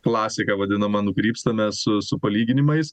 klasiką vadinamą nukrypstame su palyginimais